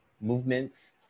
movements